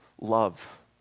love